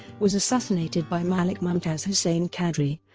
was assassinated by malik mumtaz hussein qadri,